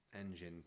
engine